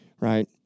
right